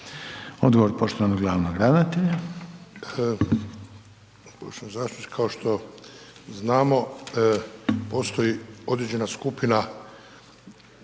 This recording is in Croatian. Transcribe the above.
Odgovor poštovanog glavnog ravnatelja.